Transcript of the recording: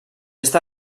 està